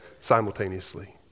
simultaneously